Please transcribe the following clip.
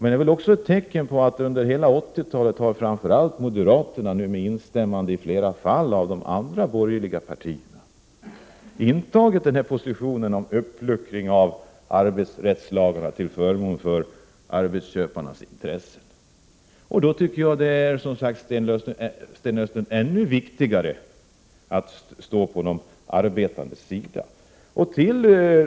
Det är också ett tecken på att framför allt moderaterna, men i flera fall med instämmande av de andra borgerliga partierna, under hela 80-talet har intagit positionen för en uppluckring av arbetsrättslagarna till förmån för arbetsköparnas intresse. Då tycker jag, Sten Östlund, att det är ännu viktigare att stå på de arbetandes sida.